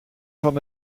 van